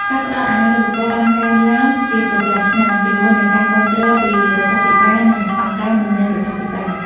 ការផ្តល់អាហារូបករណ៍បានកើនឡើងជាប្រចាំឆ្នាំ ជាមួយនឹងការគាំទ្រពីរដ្ឋាភិបាល និងអង្គការមិនមែនរដ្ឋាភិបាល។